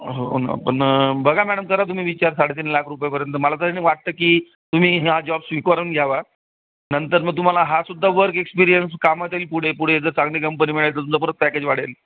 हो ना पण बघा मॅडम करा तुम्ही विचार साडेतीन लाख रुपयापर्यंत मला तरी वाटतं की तुम्ही हा जॉब स्वीकारून घ्यावा नंतर मग तुम्हाला हा सुद्धा वर्क एक्सपिरियन्स कामात येईल पुढे पुढे जर चांगली कंपनी मिळाली परत पॅकेज वाढेल